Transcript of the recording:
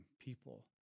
people